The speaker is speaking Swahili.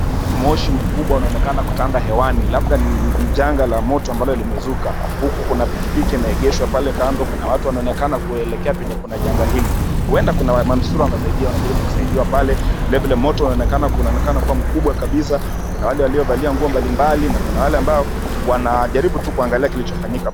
Moshi mkubwa unaonekana kutanda hewani labda ni janga la moto ambalo limezuka huku kuna pikipiki imeegeshwa pale kando, kuna watu wanaonekana kuelekea penye kuna janga hili. Huenda kuna manusura wanajaribu kusaidiwa pale, vilevile mto unaonekana kuwa mkubwa kabisa, kuna wale waliovalia nguo mbalimbali na kuna wale ambao wanajaribu tu kuangalia kile tu kilichofanyika.